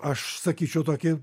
aš sakyčiau tokį